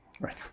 Right